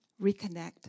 reconnect